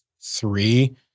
three